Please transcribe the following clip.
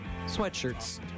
sweatshirts